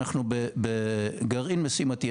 אנחנו בגרעין משימתי,